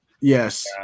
Yes